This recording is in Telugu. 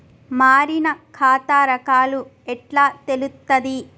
మారిన ఖాతా రకాలు ఎట్లా తెలుత్తది?